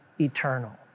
eternal